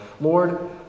Lord